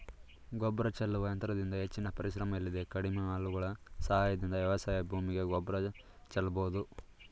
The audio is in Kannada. ಗೊಬ್ಬರ ಚೆಲ್ಲುವ ಯಂತ್ರದಿಂದ ಹೆಚ್ಚಿನ ಪರಿಶ್ರಮ ಇಲ್ಲದೆ ಕಡಿಮೆ ಆಳುಗಳ ಸಹಾಯದಿಂದ ವ್ಯವಸಾಯ ಭೂಮಿಗೆ ಗೊಬ್ಬರ ಚೆಲ್ಲಬೋದು